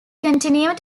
continue